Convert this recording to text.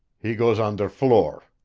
he goes on der floor.